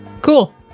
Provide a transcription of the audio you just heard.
Cool